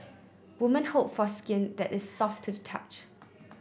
women hope for skin that is soft to the touch